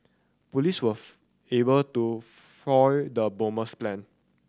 police was able to foil the bomber's plan